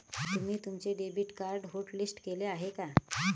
तुम्ही तुमचे debit card hotlist केले आहे का?